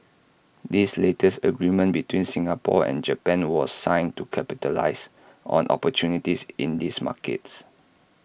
this latest agreement between Singapore and Japan was signed to capitalise on opportunities in these markets